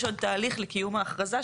יש עוד תהליך לקיום האכרזה,